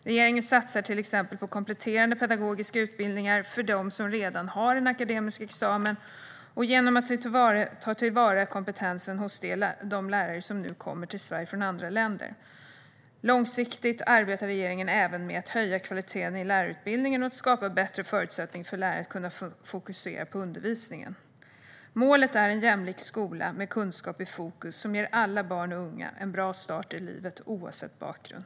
Regeringen satsar till exempel på kompletterande pedagogiska utbildningar för dem som redan har en akademisk examen och genom att ta till vara kompetensen hos de lärare som nu kommer till Sverige från andra länder. Långsiktigt arbetar regeringen även med att höja kvaliteten i lärarutbildningen och att skapa bättre förutsättningar för lärarna att kunna fokusera på undervisningen. Målet är en jämlik skola med kunskap i fokus, som ger alla barn och unga en bra start i livet oavsett bakgrund.